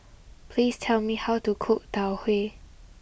please tell me how to cook Tau Huay